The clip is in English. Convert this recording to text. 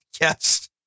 Yes